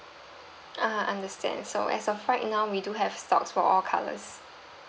uh understand so as of right now we do have stocks for all colours